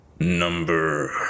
number